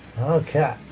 Okay